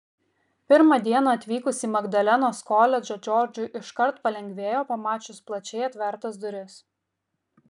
pirmą dieną atvykus į magdalenos koledžą džordžui iškart palengvėjo pamačius plačiai atvertas duris